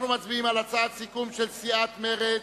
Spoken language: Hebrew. אנחנו מצביעים על הצעת סיכום של סיעת מרצ.